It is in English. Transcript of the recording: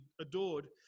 adored